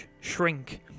shrink